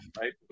right